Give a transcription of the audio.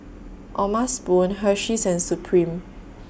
O'ma Spoon Hersheys and Supreme